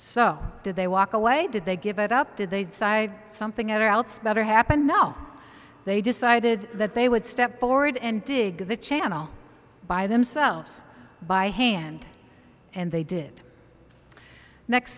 so did they walk away did they give it up did they decide something else better happen now they decided that they would step forward and dig the channel by themselves by hand and they did next